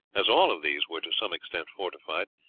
as all of these were to some extent fortified,